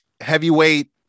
heavyweight